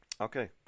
Okay